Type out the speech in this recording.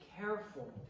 careful